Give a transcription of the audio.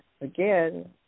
Again